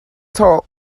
taught